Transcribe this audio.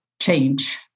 change